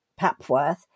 Papworth